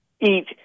eat